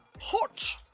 Hot